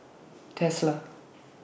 Tesla